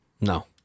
no